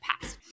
past